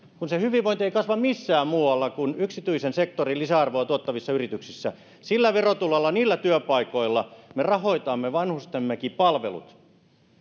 kun se hyvinvointi ei kasva missään muualla kuin yksityisen sektorin lisäarvoa tuottavissa yrityksissä sillä verotulolla niillä työpaikoilla me rahoitamme vanhustemmekin palvelut